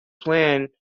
plan